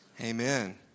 amen